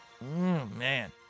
man